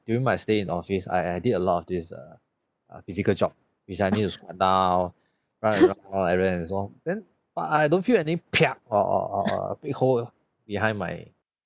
during my stay in office I I did a lot of this err uh physical job which I need to squat down run around errands and so on then but I I don't feel any piak or or or a big hole behind my